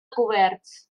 coberts